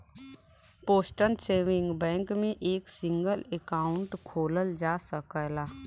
postal saving bank में एक single account खोलल जा सकला